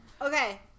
Okay